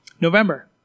November